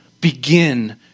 begin